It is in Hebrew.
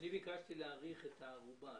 אני ביקשתי להאריך את הערובה.